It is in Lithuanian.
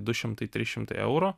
du šimtai trys šimtai eurų